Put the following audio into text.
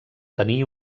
tenir